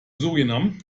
suriname